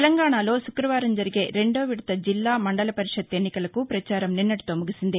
తెలంగాణలో శుక్రవారం జరిగే రెండో విడత జిల్లా మండల పరిషత్ ఎన్నికలకు పచారం నిన్నటితో ముగిసింది